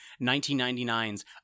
1999's